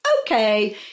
okay